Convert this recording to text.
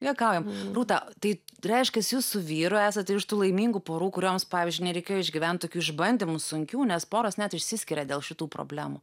juokaujam rūta tai reiškias jūs su vyru esate iš tų laimingų porų kurioms pavyzdžiui nereikėjo išgyvent tokių išbandymų sunkių nes poros net išsiskiria dėl šitų problemų